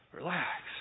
relax